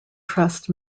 trust